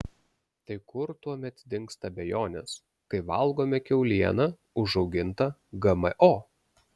tai kur tuomet dingsta abejonės kai valgome kiaulieną užaugintą gmo